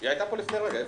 היא הייתה פה לפני רגע.